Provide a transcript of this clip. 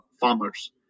farmers